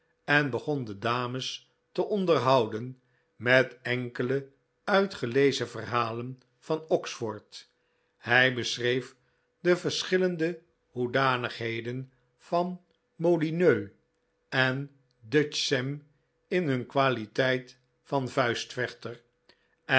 en begon de dames te onderhouden met enkele uitgelezen verhalen van oxford hij beschreef de verschillende hoedanigheden van molyneux en dutch sam in hun kwaliteit van vuistvechter en